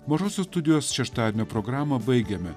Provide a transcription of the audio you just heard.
mažosios studijos šeštadienio programą baigėme